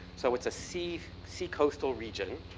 so it's a sea, sea-coastal region.